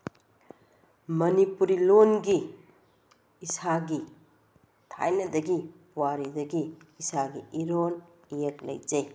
ꯃꯅꯤꯄꯨꯔꯤ ꯂꯣꯜꯒꯤ ꯏꯁꯥꯒꯤ ꯊꯥꯏꯅꯗꯒꯤ ꯄꯨꯋꯥꯔꯤꯗꯒꯤ ꯏꯁꯥꯒꯤ ꯏꯔꯣꯜ ꯏꯌꯦꯛ ꯂꯩꯖꯩ